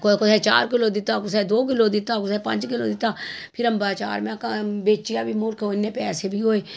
कुसै कुसै गी चार किलो दित्ता कुसै दो किलो दित्ता कुसै पंज किलो दित्ता फिर अम्बा दा चार में बेचेआ बी मुल्ख इन्ने पैहे बी होए